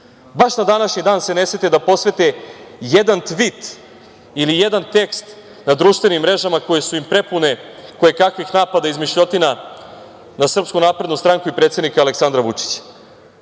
Baš na današnji dan se ne sete da posvete jedan Tvit ili jedan tekst na društvenim mrežama koje su im prepune koje kakvih napada, izmišljotina na SNS i predsednika Aleksandra Vučića.